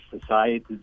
society